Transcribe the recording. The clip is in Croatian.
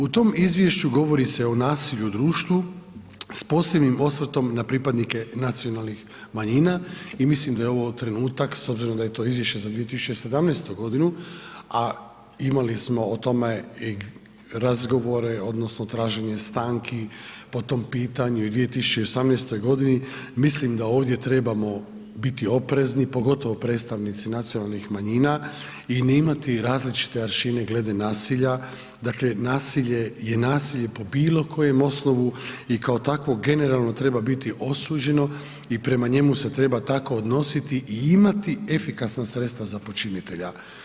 U tom Izvješću govori se o nasilju u društvu, s posebnim osvrtom na pripadnike nacionalnih manjina, i mislim da je ovo trenutak, s obzirom da je to Izvješće za 2017. godinu, a imali smo o tome i razgovore odnosno traženje stanki po tom pitanju i u 2018. godini, mislim da ovdje trebamo biti oprezni, pogotovo predstavnici nacionalnih manjina, i ne imati različite aršine glede nasilja, dakle nasilje je nasilje po bilo kojem osnovu, i kao takvo generalno treba biti osuđeno i prema njemu se treba tako odnositi i imati efikasna sredstva za počinitelja.